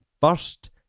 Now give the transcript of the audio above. first